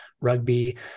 rugby